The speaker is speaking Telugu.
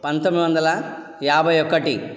పంతొమ్మిది వందల యాభై ఒకటి